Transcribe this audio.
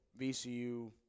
VCU